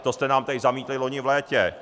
To jste nám tady zamítli loni v létě.